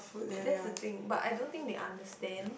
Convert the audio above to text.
that's the thing but I don't think they understand